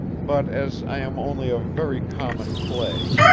but as i am only of very common clay,